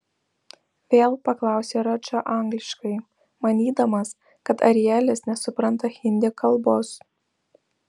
vėl paklausė radža angliškai manydamas kad arielis nesupranta hindi kalbos